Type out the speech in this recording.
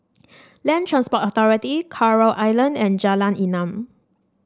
Land Transport Authority Coral Island and Jalan Enam